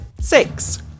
Six